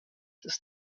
des